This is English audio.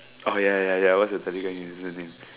okay ya ya ya what's your telegram username